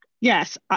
Yes